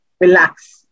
relax